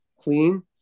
clean